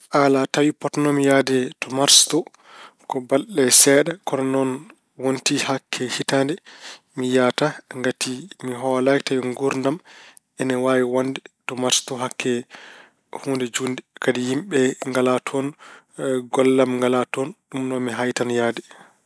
Alaa, tawi potnoomi yahde to Mars to ko balɗe seeɗa ko noon wonti hakke hitaande, mi yahataa ngati mi holaaki tawi nguurdam ina wonde to Mars to hakke huunde juutde. Kadi yimɓe ngalaa toon, golle am ngalaa toon. Ɗum noon mi haytan yahde.